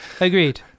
agreed